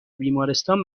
بیمارستان